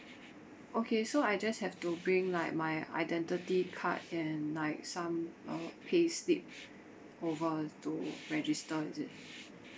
okay so I just have to bring like my identity card and like some uh payslip over to register is it